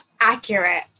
accurate